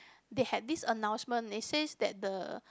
they had this announcement it says that the